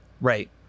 Right